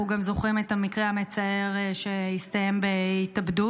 אנחנו גם זוכרים את המקרה המצער שהסתיים בהתאבדות